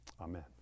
amen